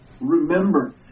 Remember